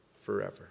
forever